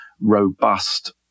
robust